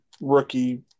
rookie